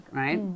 right